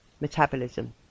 metabolism